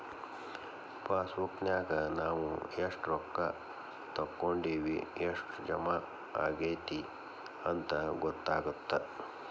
ಪಾಸಬುಕ್ನ್ಯಾಗ ನಾವ ಎಷ್ಟ ರೊಕ್ಕಾ ತೊಕ್ಕೊಂಡಿವಿ ಎಷ್ಟ್ ಜಮಾ ಆಗೈತಿ ಅಂತ ಗೊತ್ತಾಗತ್ತ